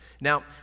Now